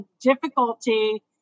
difficulty